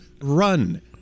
run